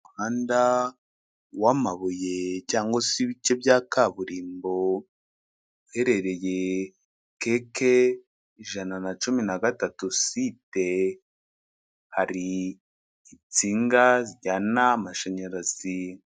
Umuhanda w'amabuye cyangwa se ibice bya kaburimbo, uherereye KK ijana na cumi na gatatu site, hari intsinga zijyana amashanyarazi.